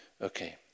Okay